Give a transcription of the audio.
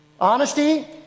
honesty